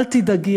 אל תדאגי,